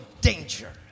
Danger